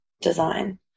design